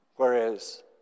Whereas